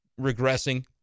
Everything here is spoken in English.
regressing